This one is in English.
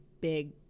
big